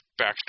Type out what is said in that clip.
backstory